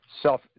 self